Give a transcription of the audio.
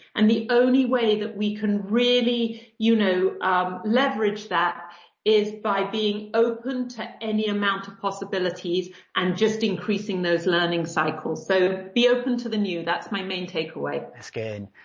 and the only way that we can really you know um leverage that is by being open to any amount of possibilities and just increasing those learning cycles. so be open to the new. that's my main takeaway. that's good.